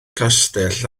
castell